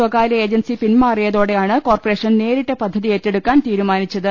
സ്വകാര്യ ഏജൻസി പിൻമാറിയതോടെയാണ് കോർപ്പറേഷൻ നേരിട്ട് പദ്ധതി ഏറ്റെടുക്കാൻ തീരുമാനിച്ചത്